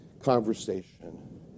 conversation